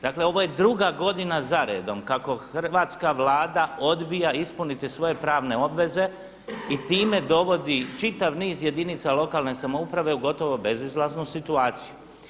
Dakle, ovo je druga godina zaredom kako Hrvatska vlada odbija ispuniti svoje pravne obveze i time dovodi čitav niz jedinica lokalne samouprave u gotovo bezizlaznu situaciju.